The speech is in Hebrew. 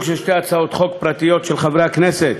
של שתי הצעות חוק פרטיות של חברי הכנסת